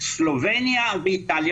סלובניה ואיטליה,